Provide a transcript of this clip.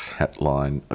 headline